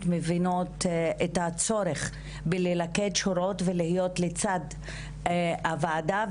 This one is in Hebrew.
מבינות את הצורך בללכד שורות ולהיות לצד הוועדה,